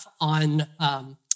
on